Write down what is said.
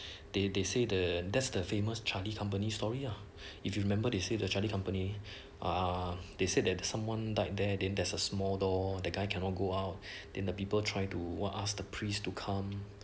they they say the that's the famous charlie company story uh if you remember they say the charlie company are they said that someone died there then there's a small door the guy cannot go out then the people try to ask asked the priest to come